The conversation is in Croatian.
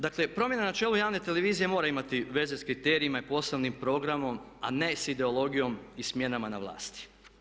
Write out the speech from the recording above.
Dakle, promjena na čelu javne televizije mora imati veze s kriterijima i poslovnim programom, a ne s ideologijom i smjenama na vlasti.